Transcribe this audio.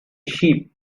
sheep